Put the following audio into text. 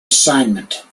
assignment